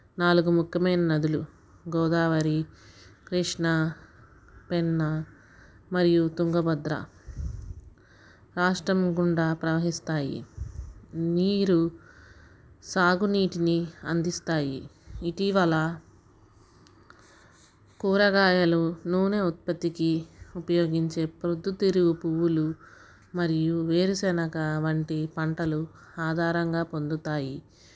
నాలుగు ముఖ్యమైన నదులు గోదావరి కృష్ణా పెన్నా మరియు తుంగభద్ర రాష్ట్రం గుండా ప్రవహిస్తాయి నీరు సాగునీటిని అందిస్తాయి ఇటీవల కూరగాయలు నూనె ఉత్పత్తికి ఉపయోగించే ప్రొద్దుతిరుగు పువ్వులు మరియు వేరుశెనగ వంటి పంటలు ఆధారంగా పొందుతాయి